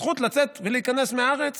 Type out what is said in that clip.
הזכות לצאת ולהיכנס מהארץ